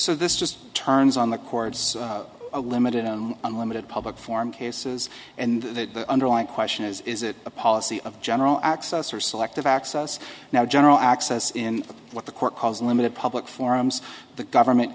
so this just turns on the chords a limited and limited public forum cases and the underlying question is is it a policy of general access or selective access now general access in what the court calls limited public forums the government